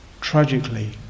tragically